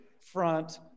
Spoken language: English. front